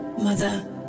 Mother